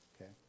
Okay